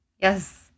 Yes